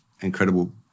incredible